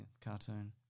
cartoon